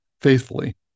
faithfully